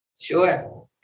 Sure